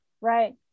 Right